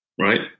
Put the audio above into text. Right